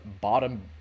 bottom